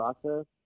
process